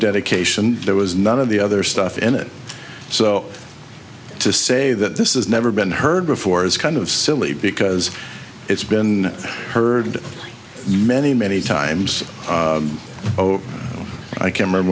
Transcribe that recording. dedication there was none of the other stuff in it so to say that this is never been heard before is kind of silly because it's been heard many many times over i can remember